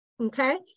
okay